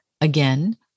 again